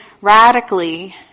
radically